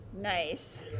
nice